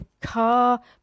car